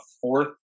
fourth